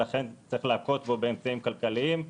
ולכן צריך להכות בו באמצעים כלכליים.